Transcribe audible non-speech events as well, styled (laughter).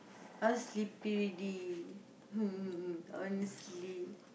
I'll sleepy dee (laughs) I want to sleep